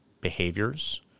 behaviors